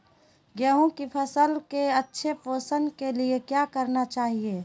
गेंहू की फसल के अच्छे पोषण के लिए क्या करना चाहिए?